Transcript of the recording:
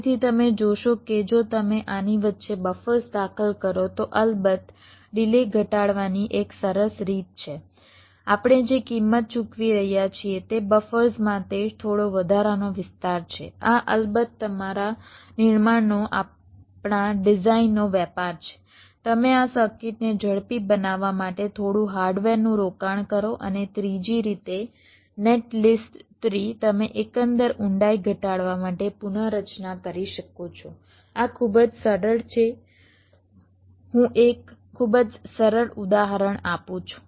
તેથી તમે જોશો કે જો તમે આની વચ્ચે બફર્સ દાખલ કરો તો અલબત્ત ડિલે ઘટાડવાની એક સરસ રીત છે આપણે જે કિંમત ચૂકવી રહ્યા છીએ તે બફર્સ માટે થોડો વધારાનો વિસ્તાર છે આ અલબત્ત તમારા નિર્માણનો આપણા ડિઝાઇનનો વેપાર છે તમે આ સર્કિટને ઝડપી બનાવવા માટે થોડું હાર્ડવેર નું રોકાણ કરો અને ત્રીજી રીતે નેટલિસ્ટ ટ્રી તમે એકંદર ઊંડાઈ ઘટાડવા માટે પુનરચના કરી શકો છો આ ખૂબ જ સરળ છે હું એક ખૂબ જ સરળ ઉદાહરણ આપું છું